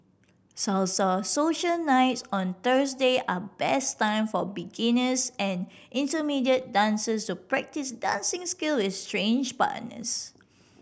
salsa social nights on Thursday are best time for beginners and intermediate dancers to practice dancing skill with strange partners